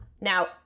Now-